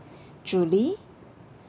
julie